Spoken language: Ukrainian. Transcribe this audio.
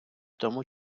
тому